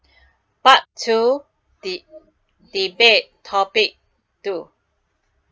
part two de~ debate topic two